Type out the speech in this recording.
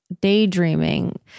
daydreaming